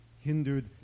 hindered